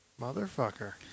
Motherfucker